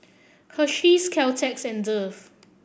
Hersheys Caltex and Dove